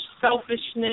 selfishness